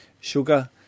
Sugar